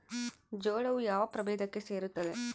ಜೋಳವು ಯಾವ ಪ್ರಭೇದಕ್ಕೆ ಸೇರುತ್ತದೆ?